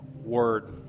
word